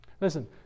Listen